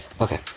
Okay